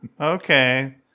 okay